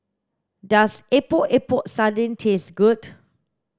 does epok epok sardin taste good